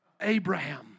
Abraham